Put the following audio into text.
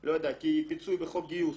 לא יודע, כפיצוי בחוק גיוס.